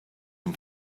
and